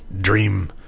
dream